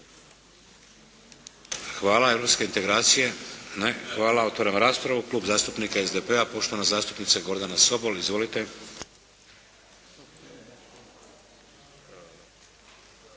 Hvala. Europske integracije? Ne. Hvala. Otvaram raspravu. Klub zastupnika SDP-a, poštovana zastupnica Gordana Sobol. Izvolite.